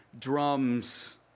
drums